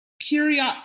period